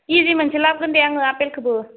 केजि मोनसे लाबगोन दे आं आफेलखोबो